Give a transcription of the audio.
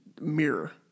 mirror